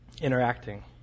interacting